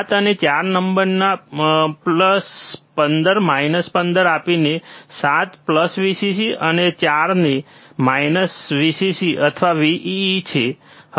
7 અને 4 પિનમાં plus 15 minus 15 આપીને 7 Vcc અને 4 એ Vcc અથવા Vee છે